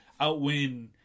outwin